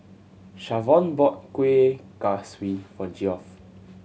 Shavonne bought Kuih Kaswi for Geoff